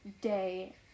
day